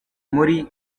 muri